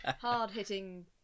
Hard-hitting